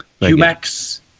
Humax